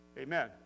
Amen